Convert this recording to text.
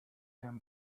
den